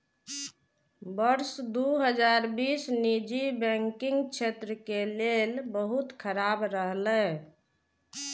वर्ष दू हजार बीस निजी बैंकिंग क्षेत्र के लेल बहुत खराब रहलै